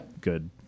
good